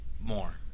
More